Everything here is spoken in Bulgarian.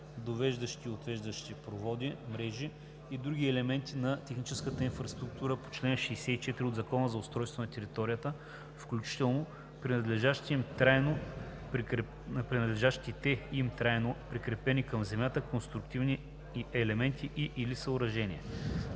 (довеждащи и отвеждащи) проводи (мрежи) и други елементи на техническата инфраструктура по чл. 64 от Закона за устройство на територията, включително принадлежащите им трайно прикрепени към земята конструктивни елементи и/или съоръжения.“